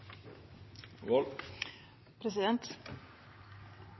vold.